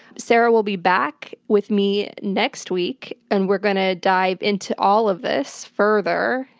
sarah will be back with me next week, and we're gonna dive into all of this further,